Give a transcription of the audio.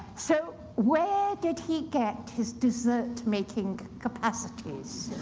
so where did he get his dessert-making capacities?